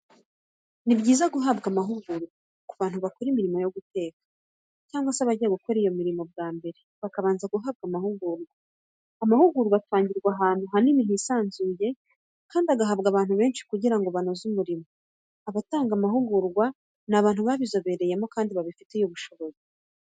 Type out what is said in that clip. Ni byiza guhabwa amahugurwa ku bantu bakora imirimo yo guteka, cyangwa se abagiye gukora iyo mirimo bwa mbere bakabanza guhabwa amahugurwa. Amahugurwa atangirwa ahantu hanini hisanzuye kandi agahabwa abantu benshi kugira ngo banoze umurimo. Abatanga amahugurwa ni abantu babizobereyemo kandi babifitiye ubushobozi.